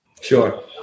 Sure